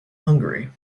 hungary